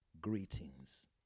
greetings